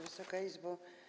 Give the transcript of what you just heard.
Wysoka Izbo!